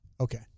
Okay